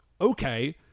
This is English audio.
Okay